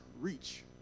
reach